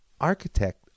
architect